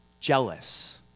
jealous